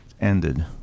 ended